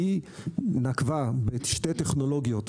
היא נקבה בשתי טכנולוגיות,